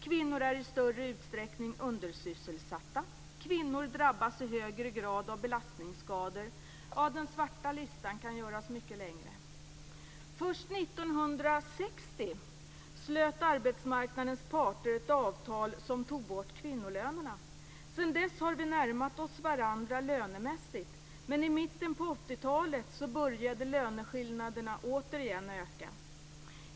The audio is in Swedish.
Kvinnor är i större utsträckning undersysselsatta. Kvinnor drabbas i högre grad av belastningsskador. Ja, den svarta listan kan göras mycket längre. Först 1960 slöt arbetsmarknadens parter ett avtal som tog bort kvinnolönerna. Sedan dess har vi närmat oss varandra lönemässigt, men i mitten på 80-talet började löneskillnaderna att återigen öka.